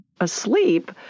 asleep